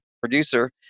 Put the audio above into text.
Producer